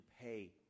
pay